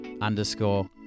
underscore